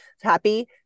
Happy